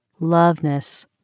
loveness